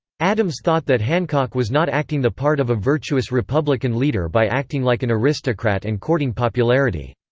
adams thought that hancock was not acting the part of a virtuous republican leader by acting like an aristocrat and courting popularity.